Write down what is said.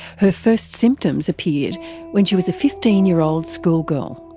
her first symptoms appeared when she was a fifteen year old schoolgirl.